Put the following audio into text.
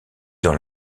dans